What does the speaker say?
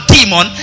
demon